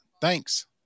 Thanks